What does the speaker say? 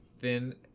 thin